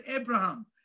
Abraham